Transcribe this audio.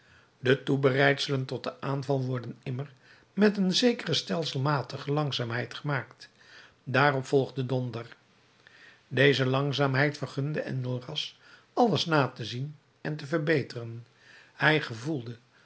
de toebereidselen tot den aanval worden immer met een zekere stelselmatige langzaamheid gemaakt daarop volgt de donder deze langzaamheid vergunde enjolras alles na te zien en te verbeteren hij gevoelde